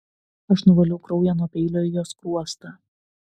aš nuvaliau kraują nuo peilio į jo skruostą